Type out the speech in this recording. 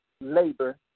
labor